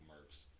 Merks